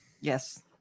yes